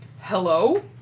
Hello